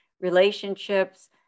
relationships